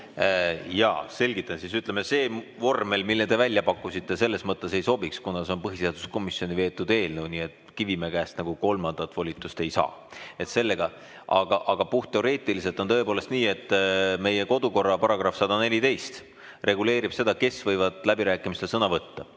Jaa, selgitan siis. Ütleme, see vormel, mille te välja pakkusite, selles mõttes ei sobiks, kuna see on põhiseaduskomisjoni veetud eelnõu, nii et Kivimäe käest kolmandat volitust ei saa. Aga puhtteoreetiliselt on tõepoolest nii, et meie kodukorra § 114 reguleerib seda, kes võivad läbirääkimistel sõna võtta.